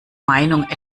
meinung